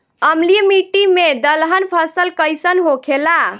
अम्लीय मिट्टी मे दलहन फसल कइसन होखेला?